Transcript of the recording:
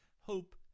hope